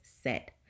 set